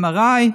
MRI,